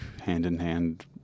hand-in-hand